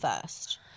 first